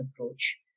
approach